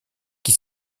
qui